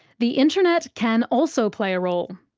the internet can also play a role.